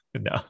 No